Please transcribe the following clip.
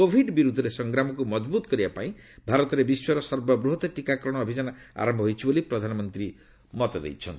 Covid ବିରୁଦ୍ଧରେ ସଂଗ୍ରାମକୁ ମକଜବୁତ କରିବା ପାଇଁ ଭାରତରେ ବିଶ୍ୱର ସର୍ବବୃହତ ଟିକାକରଣ ଅଭିଯାନ ଆରମ୍ଭ ହୋଇଛି ବୋଲି ପ୍ରଧାନମନ୍ତ୍ରୀ କହିଚ୍ଛନ୍ତି